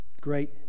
great